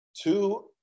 Two